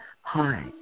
Hi